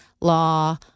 law